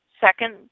second